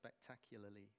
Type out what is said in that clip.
spectacularly